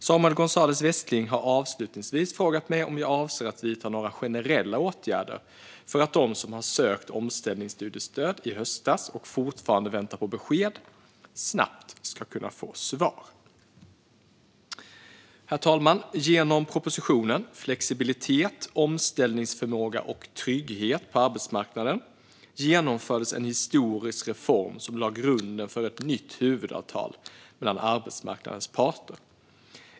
Samuel Gonzalez Westling har avslutningsvis frågat mig om jag avser att vidta några generella åtgärder för att de som har sökt omställningsstudiestöd i höstas och fortfarande väntar på besked snabbt ska kunna få svar. Herr talman! Genom propositionen Flexibilitet, omställningsförmåga och trygghet på arbetsmarknaden genomfördes en historisk reform som lade grunden för ett nytt huvudavtal mellan arbetsmarknadens parter.